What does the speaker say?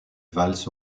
valls